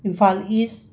Imphal ꯏꯁ